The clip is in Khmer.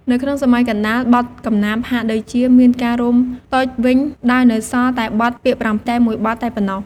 នៅក្នុងសម័យកណ្តាល បទកំណាព្យហាក់ដូចជាមានការរួមតូចវិញ ដោយនៅសល់តែ បទពាក្យប្រាំ មួយបទតែប៉ុណ្ណោះ។